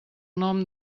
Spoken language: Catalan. nom